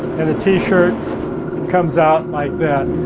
and the t-shirt comes out like that.